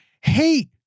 hate